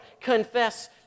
confess